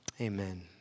Amen